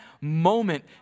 moment